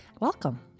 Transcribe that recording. Welcome